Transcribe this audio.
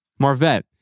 Marvette